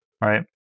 right